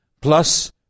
plus